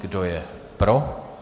Kdo je pro?